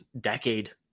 decade